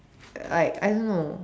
like I don't know